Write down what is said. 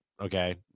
okay